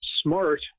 SMART